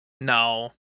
no